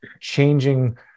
changing